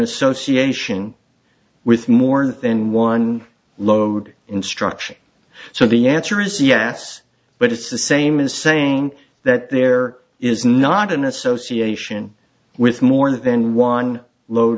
association with more than one load instruction so the answer is yes but it's the same as saying that there is not an association with more than one load